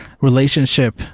relationship